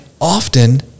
often